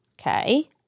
Okay